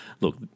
look